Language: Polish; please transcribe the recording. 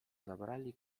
zabrali